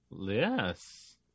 Yes